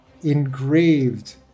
engraved